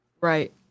Right